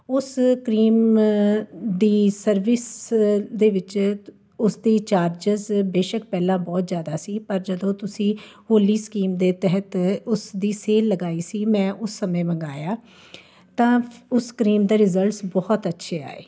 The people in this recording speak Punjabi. ਉਸ ਕਰੀਮ ਦੀ ਸਰਵਿਸ ਦੇ ਵਿੱਚ ਉਸਦੀ ਚਾਰਜਸ ਬੇਸ਼ਕ ਪਹਿਲਾਂ ਬਹੁਤ ਜ਼ਿਆਦਾ ਸੀ ਪਰ ਜਦੋਂ ਤੁਸੀਂ ਹੋਲੀ ਸਕੀਮ ਦੇ ਤਹਿਤ ਉਸ ਦੀ ਸੇਲ ਲਗਾਈ ਸੀ ਮੈਂ ਉਸ ਸਮੇਂ ਮੰਗਵਾਇਆ ਤਾਂ ਉਸ ਕਰੀਮ ਦੇ ਰਿਜਲਟਸ ਬਹੁਤ ਅੱਛੇ ਆਏ